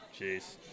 Jeez